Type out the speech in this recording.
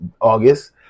August